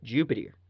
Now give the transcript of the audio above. Jupiter